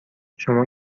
شما